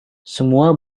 semua